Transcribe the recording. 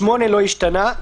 סעיף (8) לא השתנה.